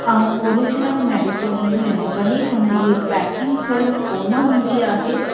ऐं original medicine ईंदियूं आहिनि भली उन्हनि जी पैकिंग थियलु कोन्ह हूंदी आहे